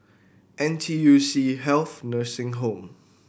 N T U C Health Nursing Home